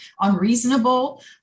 unreasonable